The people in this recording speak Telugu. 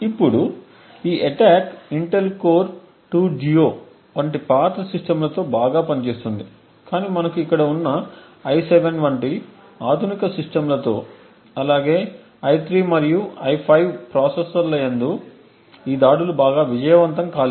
ఇప్పుడు ఈ అటాక్ ఇంటెల్ కోర్ 2 డుయో వంటి పాత సిస్టమ్లతో బాగా పనిచేస్తుంది కాని మనకు ఇక్కడ ఉన్న i7 వంటి ఆధునిక సిస్టమ్లతో అలాగే i3 మరియు i5 ప్రాసెసర్ల యందు ఈ దాడులు బాగా విజయవంతం కాలేదు